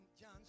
John